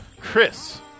Chris